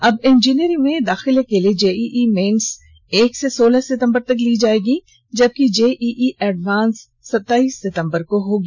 अब इंजीनियरिंग में दाखिले के लिए जेईई मेन्स एक से सोलह सितंबर तक ली जाएगी जबकि जेईई एडवांस सताईस सितंबर को होगी